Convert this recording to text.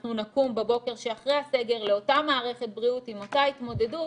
אנחנו נקום בבוקר שאחרי הסגר לאותה מערכת בריאות עם אותה התמודדות